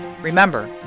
Remember